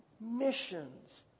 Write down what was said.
missions